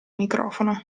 microfono